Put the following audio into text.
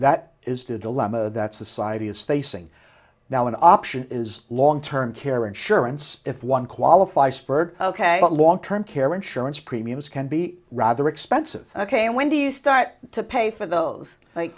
that is the dilemma that society is facing now an option is long term care insurance if one qualify spurred ok but long term care insurance premiums can be rather expensive ok when do you start to pay for those